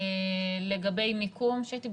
לגבי מיקום שהייתי.